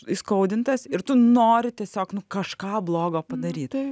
įskaudintas ir tu nori tiesiog nu kažką blogo padaryt